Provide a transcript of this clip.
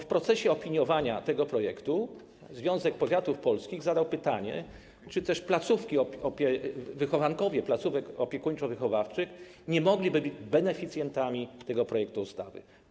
W procesie opiniowania tego projektu Związek Powiatów Polskich zadał pytanie, czy wychowankowie placówek opiekuńczo-wychowawczych nie mogliby też być beneficjentami tego projektu ustawy.